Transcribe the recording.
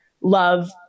love